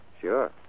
Sure